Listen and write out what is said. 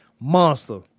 Monster